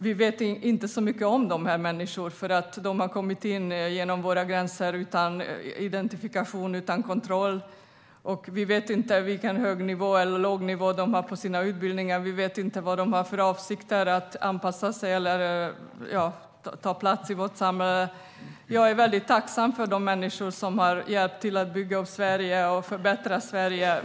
Vi vet inte så mycket om de här människorna. De har kommit in över våra gränser utan identifiering och kontroll, och vi vet inte hur hög eller låg nivå de har på sina utbildningar och inte om de har för avsikt att anpassa sig och ta plats i vårt samhälle. Jag är väldigt tacksam för de människor som har hjälpt till att bygga upp Sverige och förbättra Sverige.